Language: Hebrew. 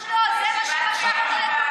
ממש לא, זה מה שמשך אותו לפעולה.